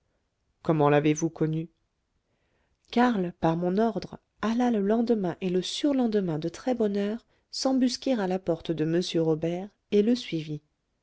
l'avez vous connu karl par mon ordre alla le lendemain et le surlendemain de très-bonne heure s'embusquer à la porte de m robert et le suivit